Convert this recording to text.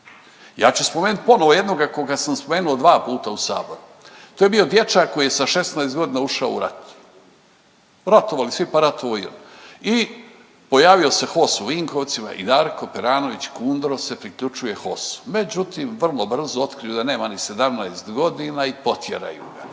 ja ću spomenuti ponovo jednoga koga sam spomenuo dva puta u Saboru. To je bio dječak koji je sa 16 godina ušao u rat. Ratovali svi, pa ratovao i on i pojavio se HOS u Vinkovcima i Darko Peranović Kundro se priključuje HOS-u. Međutim, vrlo brzo otkriju da nema ni 17 godina i potjeraju ga.